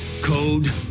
code